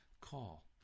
Call